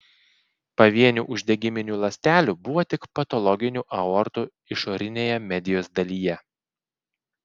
pavienių uždegiminių ląstelių buvo tik patologinių aortų išorinėje medijos dalyje